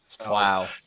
Wow